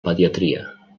pediatria